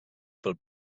pel